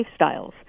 lifestyles